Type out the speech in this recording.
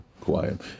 Quiet